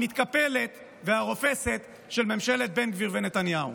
המתקפלת והרופסת של ממשלת בן גביר ונתניהו.